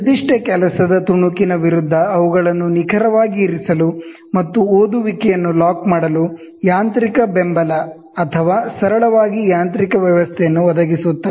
ನಿರ್ದಿಷ್ಟ work piece ವಿರುದ್ಧ ಅವುಗಳನ್ನು ನಿಖರವಾಗಿ ಇರಿಸಲು ಮತ್ತು ರೀಡಿಂಗ್ ಅನ್ನು ಲಾಕ್ ಮಾಡಲು ಯಾಂತ್ರಿಕ ಬೆಂಬಲ ಅಥವಾ ಸರಳವಾಗಿ ಯಾಂತ್ರಿಕ ವ್ಯವಸ್ಥೆಯನ್ನು ಒದಗಿಸುತ್ತವೆ